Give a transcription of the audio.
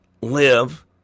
live